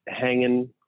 hanging